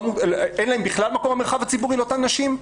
אין בכלל מקום במרחב הציבורי לאותן נשים?